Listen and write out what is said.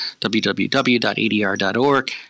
www.adr.org